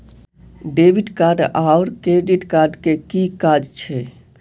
Debit card आओर credit card केँ की काज छैक?